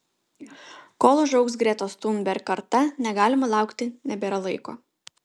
kol užaugs gretos thunberg karta negalime laukti nebėra laiko